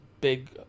big